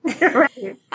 Right